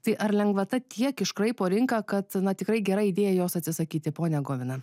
tai ar lengvata tiek iškraipo rinką kad tikrai gera idėja jos atsisakyti ponia govina